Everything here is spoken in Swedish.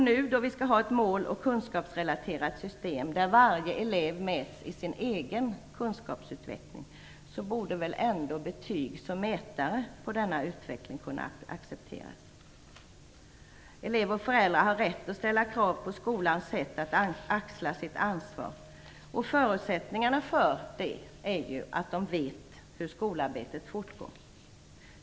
Nu, när vi skall ha ett mål och kunskapsrelaterat system där varje elev mäts i sin egen kunskapsutveckling, borde väl ändå betyg som mätare på denna utveckling kunna accepteras. Elever och föräldrar har rätt att ställa krav på skolans sätt att axla sitt ansvar, och förutsättningarna för det är att de vet hur skolarbetet fortgår.